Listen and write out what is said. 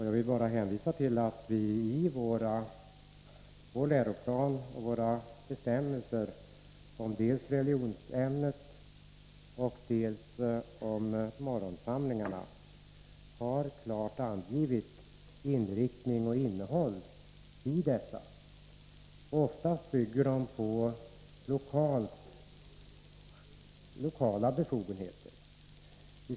Jag vill bara hänvisa till att vi i vår läroplan och våra bestämmelser om dels religionsämnet, dels morgonsamlingarna klart har angett inriktning och innehåll i dessa. De bygger oftast på lokala befogenheter.